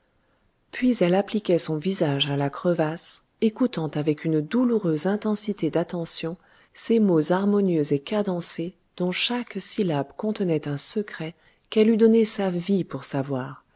puis elle appliquait son visage à la crevasse écoutant avec une douloureuse intensité d'attention ces mots harmonieux et cadencés dont chaque syllabe contenait un secret qu'elle eût donné sa vie pour savoir